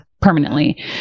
permanently